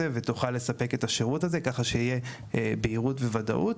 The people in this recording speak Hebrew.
ותוכל לספק את השירות הזה כך שתהיה בהירות וודאות.